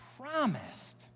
promised